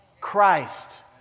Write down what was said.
Christ